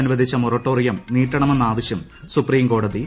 അനുവദിച്ച മൊറട്ടോറിയം നീട്ടണമെന്ന ആവശ്യം സൂപ്രീംകോടതി തള്ളി